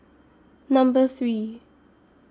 Number three